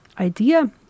idea